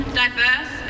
diverse